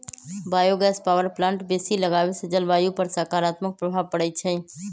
bio gas power plant बेशी लगाबेसे जलवायु पर सकारात्मक प्रभाव पड़इ छै